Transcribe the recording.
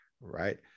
Right